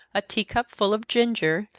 a tea-cup full of ginger,